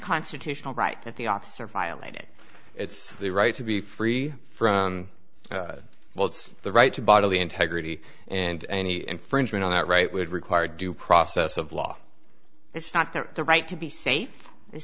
constitutional right that the officer violated it's the right to be free from well it's the right to bodily integrity and any infringement on that right would require due process of law it's not there the right to be safe is